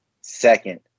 second